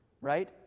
right